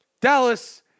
Dallas